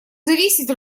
зависеть